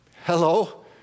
Hello